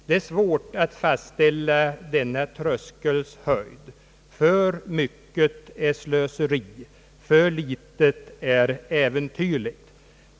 Det är svårt att fastställa denna tröskels höjd; för mycket är slöseri, för litet är äventyrligt.